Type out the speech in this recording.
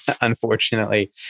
unfortunately